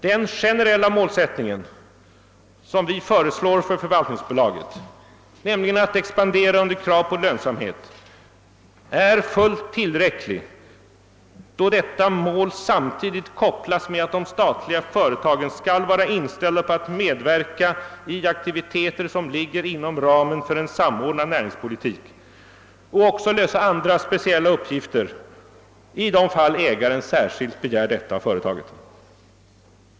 Den generella målsättning som vi föreslår för förvaltningsbolaget, nämligen att expandera under krav på lönsamhet, är fullt tillräckligt, då detta mål samtidigt kopplas med att de statliga företagen skall vara inställda på att medverka i aktiviteter som ligger inom ramen för en samordnad näringspolitik och också lösa andra speciella uppgifter i de fall där ägaren särskilt begär detta av företaget.